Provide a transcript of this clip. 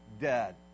dead